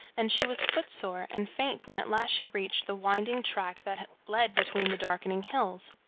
and she was footsore and faint when at last she reached the winding track that led between the darkening hills.